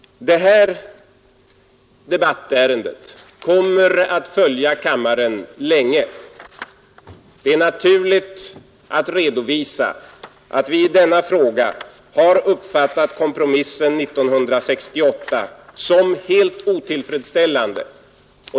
Det här debattärendet kommer att följa kammaren länge. Det är naturligt att redovisa att vi i denna fråga har uppfattat kompromissen 1968 som helt otillfredsställande.